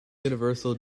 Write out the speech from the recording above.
universal